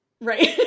Right